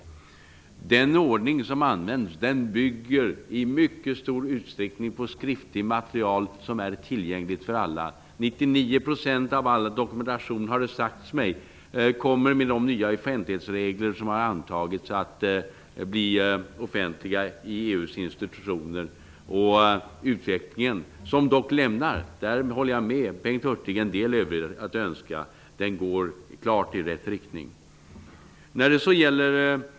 Den ordning som används bygger i mycket stor utsträckning på skriftligt material som är tillgängligt för alla. 99 % av all dokumentation, har det sagts mig, kommer med de nya offentlighetsregler som har antagits att bli offentliga i EU:s institutioner. Utvecklingen, som dock lämnar en del övrigt att önska -- där håller jag med Bengt Hurtig -- går klart i rätt riktning.